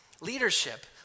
Leadership